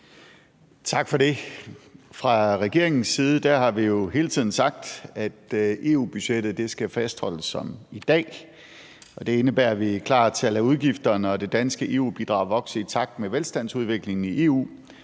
Tak for det. Fra regeringens side har vi hele tiden sagt, at EU-budgettet skal fastholdes som i dag. Det indebærer, at vi er klar til at lade udgifterne og det danske EU-bidrag vokse i takt med velstandsudviklingen i EU,